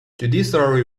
judiciary